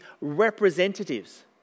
representatives